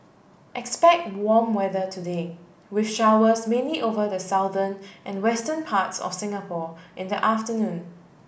expect warm weather today with showers mainly over the southern and western parts of Singapore in the afternoon